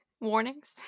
warnings